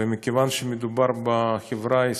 ומכיוון שמדובר בחברה עסקית,